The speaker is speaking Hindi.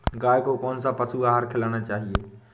गाय को कौन सा पशु आहार खिलाना चाहिए?